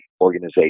organization